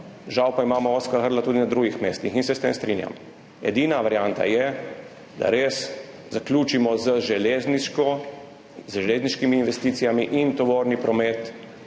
žal pa imamo ozka grla tudi na drugih mestih. In se s tem strinjam. Edina varianta je, da res zaključimo z železniškimi investicijami in tovorni promet